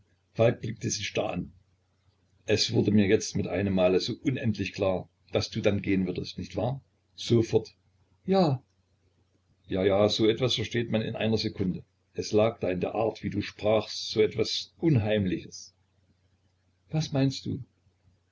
blickte sie starr an es wurde mir jetzt mit einem male so unendlich klar daß du dann gehen würdest nicht wahr sofort ja ja ja so etwas versteht man in einer sekunde es lag da in der art wie du sprachst etwas so unheimliches was meinst du